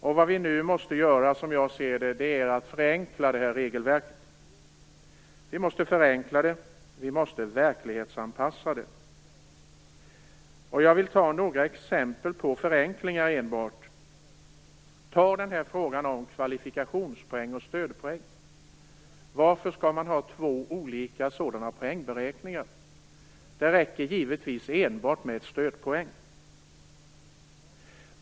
Och vad vi nu måste göra, som jag ser det, är att förenkla detta regelverk, och vi måste verklighetsanpassa det. Jag vill ge några exempel på förenklingar. Beträffande frågan om kvalifikationspoäng och stödpoäng undrar jag varför man skall ha två olika poängberäkningar. Det räcker givetvis att ha enbart stödpoäng.